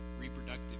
reproductive